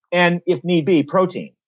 and if need be protein,